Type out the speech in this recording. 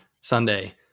Sunday